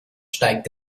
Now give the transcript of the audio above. steigt